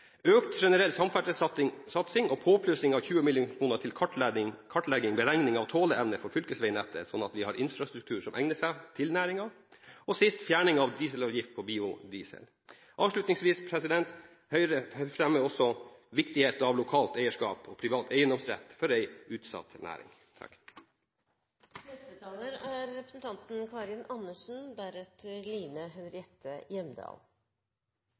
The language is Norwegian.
økt generell samferdselssatsing og påplussing av 20 mill. kr til kartlegging/beregning av tåleevne for fylkesveinettet, sånn at vi har infrastruktur som egner seg til næringen. Til sist vil vi fjerne dieselavgift på biodiesel. Avslutningsvis fremmer Høyre også viktigheten av lokalt eierskap og privat eiendomsrett for en utsatt næring. Det er